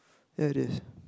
ya it is